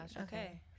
Okay